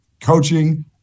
coaching